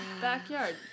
backyard